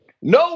No